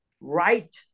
right